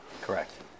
Correct